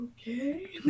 Okay